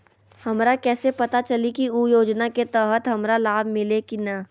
हमरा कैसे पता चली की उ योजना के तहत हमरा लाभ मिल्ले की न?